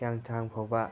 ꯍꯤꯌꯥꯡꯊꯥꯡꯐꯥꯎꯕ